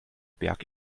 berg